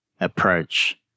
approach